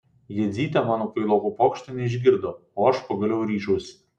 jadzytė mano kvailoko pokšto neišgirdo o aš pagaliau ryžausi